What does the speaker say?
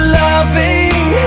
loving